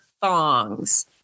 thongs